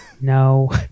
No